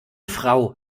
frau